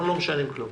אנחנו לא משנים כלום.